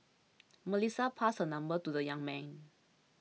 Melissa passed her number to the young man